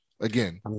again